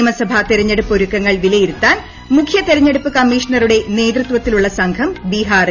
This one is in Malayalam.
നിയമസഭ തിരഞ്ഞെടുപ്പ് ഒരുക്കങ്ങൾ വിലയിരുത്താൻ മുഖ്യ തിരഞ്ഞെടുപ്പ് കമ്മിഷണറുടെ നേതൃത്വത്തിലുള്ള സംഘം ബിഹാറിൽ